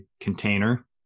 container